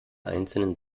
einzelnen